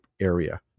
area